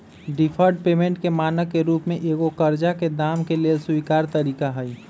deferred payment के मानक के रूप में एगो करजा के दाम के लेल स्वीकार तरिका हइ